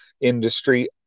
industry